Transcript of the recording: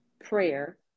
prayer